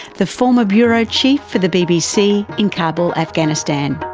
the former bureau chief for the bbc in kabul, afghanistan.